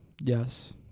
Yes